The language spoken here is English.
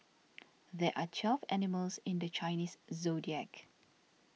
there are twelve animals in the Chinese zodiac